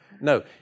No